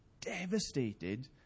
devastated